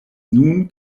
nun